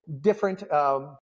different